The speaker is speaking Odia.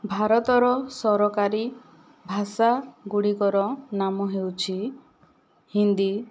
ଭାରତର ସରକାରୀ ଭାଷା ଗୁଡ଼ିକର ନାମ ହେଉଛି ହିନ୍ଦୀ